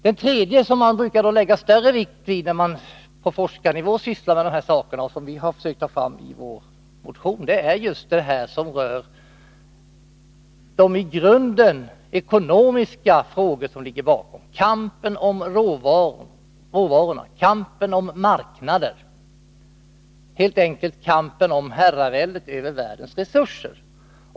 Den tredje förklaringen, som man brukar lägga större vikt vid när man på forskarnivå sysslar med de här sakerna och som vi har försökt belysa i vår motion, rör de i grunden ekonomiska frågor som ligger bakom: kampen om råvaror och kampen om marknader — helt enkelt kampen om herraväldet över världens resurser.